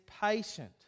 patient